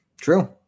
True